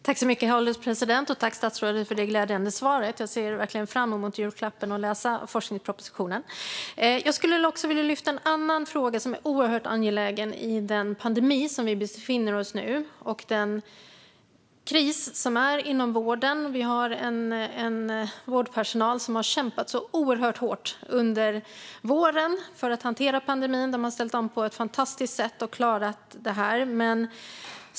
Herr ålderspresident! Tack, statsrådet, för det glädjande svaret! Jag ser verkligen fram emot julklappen i form av forskningspropositionen. Jag skulle också vilja lyfta en annan fråga som är oerhört angelägen i den pandemi som vi befinner oss i nu och i den kris som finns inom vården. Vi har en vårdpersonal som har kämpat så oerhört hårt under våren för att hantera pandemin. De har ställt om på ett fantastiskt sätt och klarat det här.